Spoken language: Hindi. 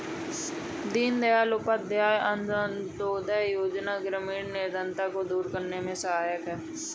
दीनदयाल उपाध्याय अंतोदय योजना ग्रामीण निर्धनता दूर करने में सहायक है